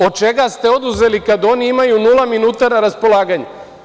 Od čega ste oduzeli, kad oni imaju nula minuta na raspolaganju?